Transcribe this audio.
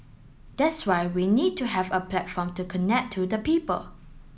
that's why we need to have a platform to connect to the people